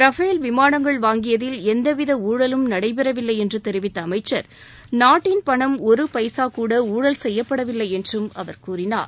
Rafale விமானங்கள் வாங்கியதில் எந்தவித ஊழலும் நடைபெறவில்லை என்று தெரிவித்த அமைச்சர் நாட்டின் பணம் ஒரு பைசா கூட ஊழல் செய்யப்படவில்லை என்றும் அவர் கூறினார்